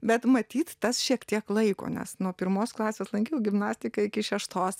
bet matyt tas šiek tiek laiko nes nuo pirmos klasės lankiau gimnastiką iki šeštos